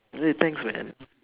okay thanks man